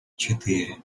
четыре